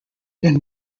then